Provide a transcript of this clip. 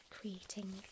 creating